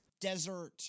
desert